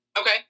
Okay